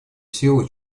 силу